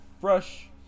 fresh